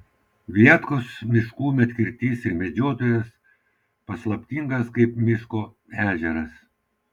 viatkos miškų medkirtys ir medžiotojas paslaptingas kaip miško ežeras